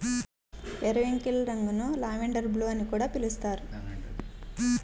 periwinkle రంగును lavender blue అని కూడా పిలుస్తారు